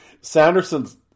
Sanderson's